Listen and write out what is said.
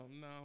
no